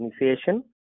initiation